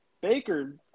Baker –